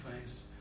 face